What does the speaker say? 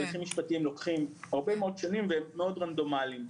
הליכים משפטיים לוקחים הרבה מאוד שנים והם מאוד רנדומליים.